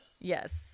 yes